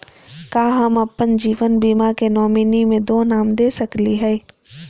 का हम अप्पन जीवन बीमा के नॉमिनी में दो नाम दे सकली हई?